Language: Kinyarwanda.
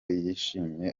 yishimye